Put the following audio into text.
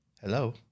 Hello